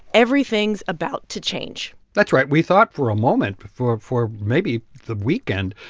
everything's about to change that's right. we thought for a moment, for for maybe the weekend,